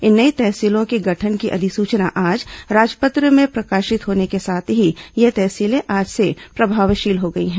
इन नई तहसीलों के गठन की अधिसूचना आज राजपत्र में प्रकाशित होने के साथ ही ये तहसीलें आज से प्रभावशील हो गई हैं